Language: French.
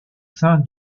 sein